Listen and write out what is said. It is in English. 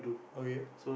okay